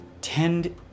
tend